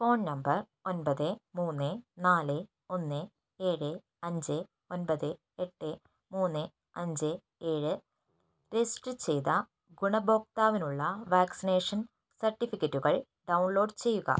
phone number ഒൻപത് മൂന്ന് നാല് ഒന്ന് ഏഴ് അഞ്ച് ഒൻപത് എട്ട് മൂന്ന് അഞ്ച് ഏഴ് രജിസ്റ്റർ ചെയ്ത ഗുണഭോക്താവിനുള്ള വാക്സിനേഷൻ സർട്ടിഫിക്കറ്റുകൾ ഡൗൺലോഡ് ചെയ്യുക